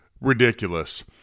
ridiculous